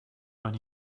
when